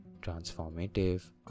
transformative